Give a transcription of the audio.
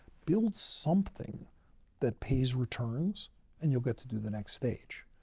build something that pays returns and you'll get to do the next stage.